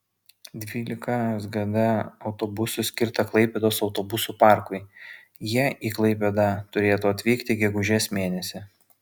dvylika sgd autobusų skirta klaipėdos autobusų parkui jie į klaipėdą turėtų atvykti gegužės mėnesį